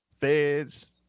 feds